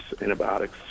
antibiotics